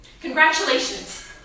Congratulations